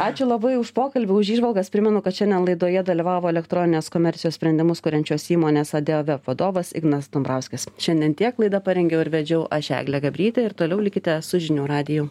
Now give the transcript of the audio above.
ačiū labai už pokalbį už įžvalgas primenu kad šiandien laidoje dalyvavo elektroninės komercijos sprendimus kuriančios įmonės adeoveb vadovas ignas dumbrauskis šiandien tiek laidą parengiau ir vedžiau aš eglė gabrytė ir toliau likite su žinių radiju